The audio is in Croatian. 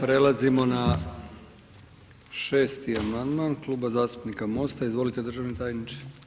Prelazimo na 6. amandman Kluba zastupnika Mosta, izvolite državni tajniče.